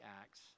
acts